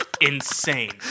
Insane